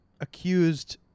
accused